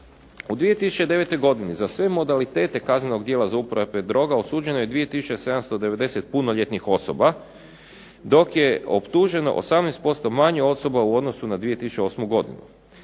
U 2009. godini za sve modalitete kaznenog djela za uporabe droga osuđeno je 2 tisuće 790 punoljetnih osoba, dok je optuženo 18% manje osoba u odnosu na 2008. godinu.